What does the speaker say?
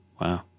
Wow